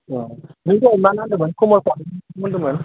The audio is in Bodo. अ नों दहाय मा ना होनदोंमोन कमल कात ना मा होनदोंमोन